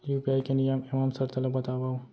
UPI के नियम एवं शर्त ला बतावव